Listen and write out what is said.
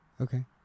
Okay